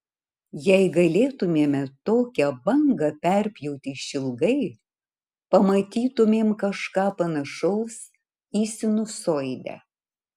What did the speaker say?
jei galėtumėme tokią bangą perpjauti išilgai pamatytumėm kažką panašaus į sinusoidę